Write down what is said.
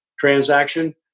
transaction